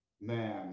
Man